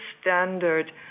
standard